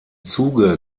zuge